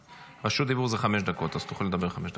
רשות דיבור זה חמש דקות אז תוכלי לדבר חמש דקות.